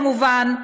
כמובן,